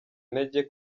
intege